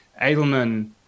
Edelman